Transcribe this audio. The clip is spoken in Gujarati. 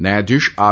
ન્યાયાધીશ આર